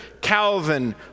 Calvin